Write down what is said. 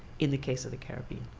in the case of the caribbean.